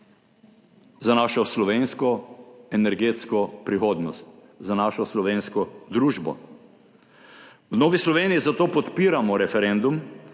za našo slovensko energetsko prihodnost, za našo slovensko družbo. V Novi Sloveniji zato podpiramo referendum,